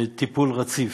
בטיפול רציף,